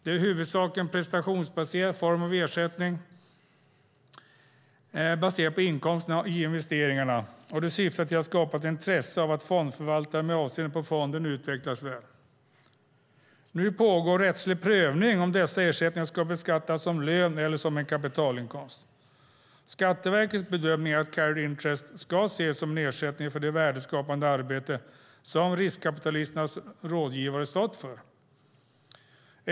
Det är i huvudsak en prestationsbaserad form av ersättning baserad på inkomsten i investeringarna, och det syftar till att skapa ett intresse hos fondförvaltaren av att fonden utvecklas väl. Nu pågår rättslig prövning om dessa ersättningar ska beskattas som lön eller som kapitalinkomst. Skatteverkets bedömning är att carried interest ska ses som ersättning för det värdeskapande arbete som riskkapitalisternas rådgivare har stått för.